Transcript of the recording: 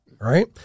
right